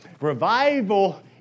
Revival